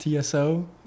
TSO